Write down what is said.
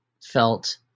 felt